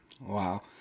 Wow